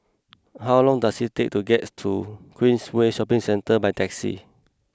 how long does it take to get to Queensway Shopping Centre by taxi